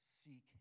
seek